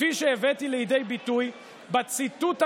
כפי שהבאתי לידי ביטוי בציטוט המדויק,